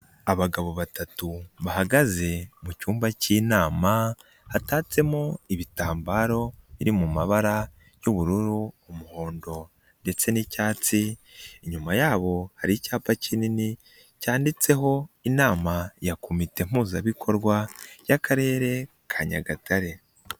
Abagabo batatu bahagaze mu cyumba k'inama hatatsemo ibitambaro biri mu mabara y'ubururu, umuhondo ndetse n'icyatsi, inyuma yabo hari icyapa kinini cyanditseho inama ya Komite Mpuzabikorwa y'Akarere ka Nyagatare.